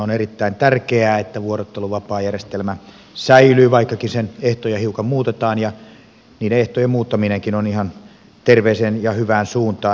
on erittäin tärkeää että vuorotteluvapaajärjestelmä säilyy vaikkakin sen ehtoja hiukan muutetaan ja niiden ehtojen muuttaminenkin menee ihan terveeseen ja hyvään suuntaan